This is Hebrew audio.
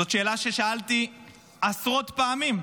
זו שאלה ששאלתי עשרות פעמים.